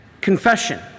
confession